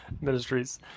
ministries